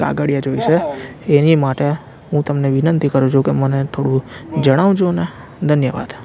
કાગળીયા જોઈશે એની માટે હું તમને વિનંતી કરું છું કે મને થોળુ જણાવજોને ધન્યવાદ